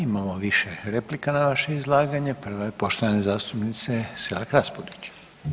Imamo više replika na vaše izlaganje, prva je poštovane zastupnice Selak Raspudić.